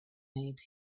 made